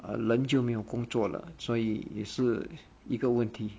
人就没有工作了所以也是一个问题